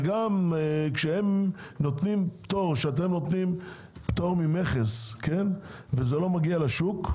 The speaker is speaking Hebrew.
וגם כשאתם נותנים פטור ממכס וזה לא מגיע לשוק,